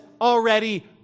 already